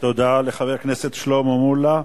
תודה לחבר הכנסת שלמה מולה.